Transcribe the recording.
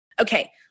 Okay